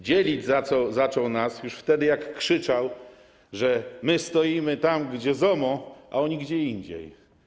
Dzielić zaczął nas już wtedy, kiedy krzyczał, że my stoimy tam, gdzie ZOMO, a oni gdzie indziej.